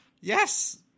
yes